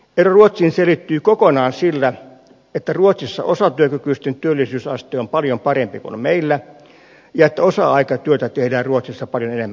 ero ruotsiin selittyy kokonaan sillä että ruotsissa osatyökykyisten työllisyysaste on paljon parempi kuin meillä ja että osa aikatyötä tehdään ruotsissa paljon enemmän kuin meillä